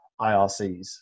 IRCs